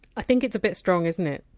i think it's a bit strong, isn't it.